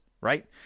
right